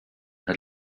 had